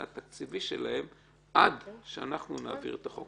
התקציבי שלהם עד שאנחנו נעביר את החוק,